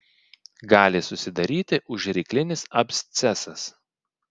gali susidaryti užryklinis abscesas